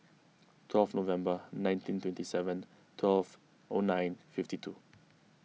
twelve November nineteen twenty seven twelve O nine fifty two